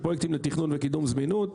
ופרויקטים לתכנון וקידום זמינות,